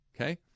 okay